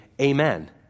amen